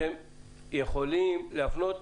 האם אתם יכולים להפנות?